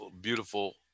beautiful